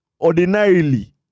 ordinarily